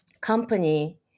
company